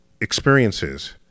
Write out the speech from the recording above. experiences